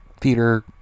theater